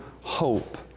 hope